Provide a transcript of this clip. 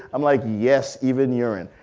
i'm like yes, even urine.